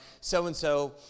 so-and-so